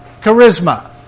charisma